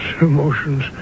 emotions